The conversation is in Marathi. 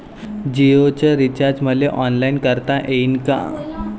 जीओच रिचार्ज मले ऑनलाईन करता येईन का?